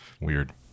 weird